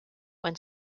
when